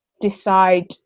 decide